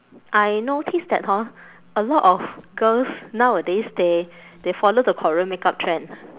I notice that hor a lot of girls nowadays they they follow the korean makeup trend